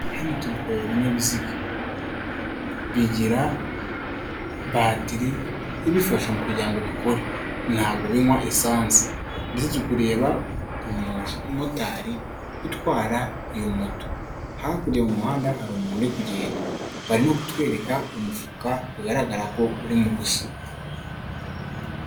Hano turi kureba ibinyabiziga. Bigira batiri ibifasha mu kugira ngo bikore, ntago binywa esansi. Ndetse turi kureba umumotari utwara iyo moto, hakurya mu muhanda hari umuntu uri kugenda, bari no kutwereka umufuka bigaragara ko uririmo ubusa.